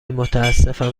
متاسفم